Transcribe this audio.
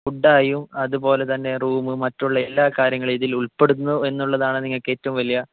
ഫുഡായും അതുപോലെ തന്നെ റൂമ് മറ്റുള്ള എല്ലാ കാര്യങ്ങളും ഇതിൽ ഉൾപ്പെടുന്നു എന്നുള്ളതാണ് നിങ്ങൾക്ക് ഏറ്റവും വലിയ